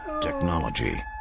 Technology